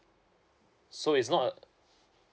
so is not